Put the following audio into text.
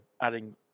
adding